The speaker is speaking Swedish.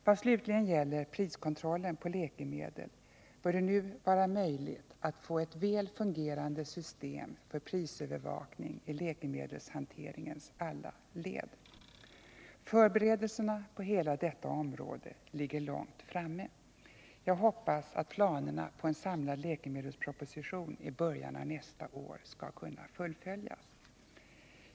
Vad slutligen gäller priskontroll på läkemedel bör det nu vara möjligt att få ett väl fungerande system för prisövervakning i läkemedelshanteringens alla led. Förberedelserna på hela detta område ligger långt framme. Jag hoppas att planerna på en samlad läkemedelsproposition i början av nästa år skall kunna fullföljas.